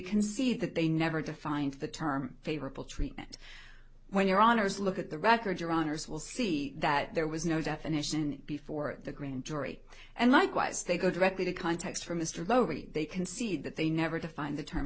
can see that they never defined the term favorable treatment when your honour's look at the record your honour's will see that there was no definition before the grand jury and likewise they go directly to context for mr lowy they can see that they never defined the term